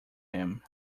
him